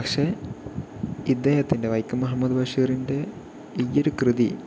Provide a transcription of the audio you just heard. പക്ഷേ ഇദ്ദേഹത്തിൻ്റെ വൈക്കം മുഹമ്മദ് ബഷീറിൻ്റെ ഈ ഒരു കൃതി